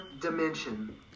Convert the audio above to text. dimension